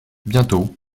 bientôt